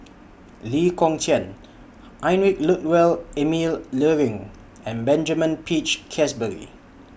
Lee Kong Chian Heinrich Ludwig Emil Luering and Benjamin Peach Keasberry